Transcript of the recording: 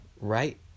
Right